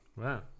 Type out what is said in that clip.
Wow